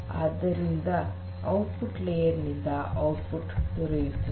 ಆದ್ದರಿಂದ output layer ನಿಂದ output ದೊರೆಯುತ್ತದೆ